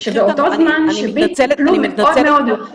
באותו זמן שבי טיפלו יפה מאוד.